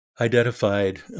identified